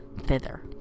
thither